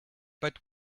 but